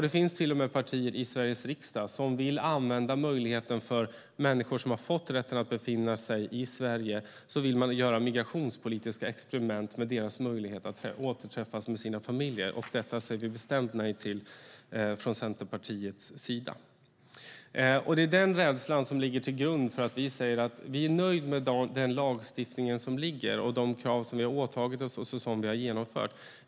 Det finns till och med partier i Sveriges riksdag som vill göra migrationspolitiska experiment med möjligheten för människor som har fått rätten att befinna sig i Sverige att återförenas med sina familjer. Detta säger vi bestämt nej till från Centerpartiets sida. Det är den rädslan som ligger till grund för att vi säger att vi är nöjda med den lagstiftning som ligger, de krav som vi har åtagit oss att ställa och det som vi har genomfört.